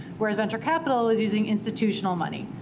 whereas venture capital is using institutional money,